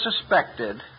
suspected